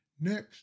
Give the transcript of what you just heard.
Next